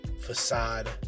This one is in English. facade